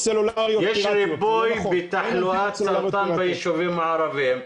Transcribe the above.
יש ריבוי של תחלואה בסרטן ביישובים הערביים.